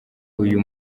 uyu